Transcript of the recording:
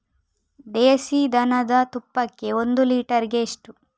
ದೇಸಿ ದನದ ತುಪ್ಪಕ್ಕೆ ಒಂದು ಲೀಟರ್ಗೆ ಎಷ್ಟು?